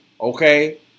Okay